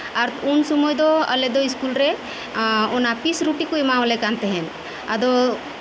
ᱟᱨ ᱩᱱ ᱥᱚᱢᱚᱭ ᱫᱚ ᱟᱞᱮ ᱫᱚ ᱤᱥᱠᱩᱞ ᱨᱮ ᱟᱸᱜ ᱚᱱᱟ ᱯᱤᱥ ᱨᱩᱴᱤ ᱠᱚ ᱮᱢᱟᱣᱟᱞᱮ ᱠᱟᱱ ᱛᱟᱦᱮᱸᱱᱟ ᱟᱫᱚ